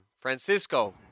Francisco